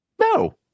No